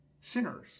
sinners